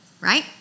right